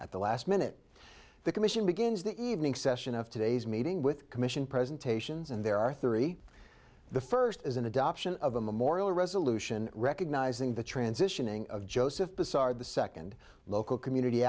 at the last minute the commission begins the evening session of today's meeting with commission presentations and there are three the first is an adoption of a memorial resolution recognizing the transitioning of joseph basar the second local community